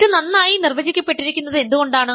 ഇത് നന്നായി നിർവചിക്കപ്പെട്ടിരിക്കുന്നത് എന്തുകൊണ്ടാണ്